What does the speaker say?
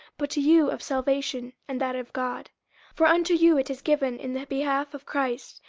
but to you of salvation, and that of god for unto you it is given in the behalf of christ,